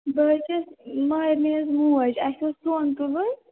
بہٕ حظ چھَس مہَرِینہِ ہٕنٛز موج اَسہِ اوس سۄن تُلُن